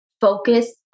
Focus